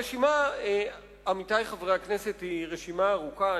הרשימה, עמיתי חברי הכנסת, היא רשימה ארוכה.